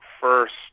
first